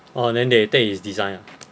orh then they take his design ah